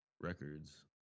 records